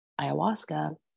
ayahuasca